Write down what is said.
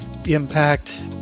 impact